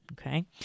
okay